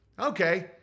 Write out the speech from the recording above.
Okay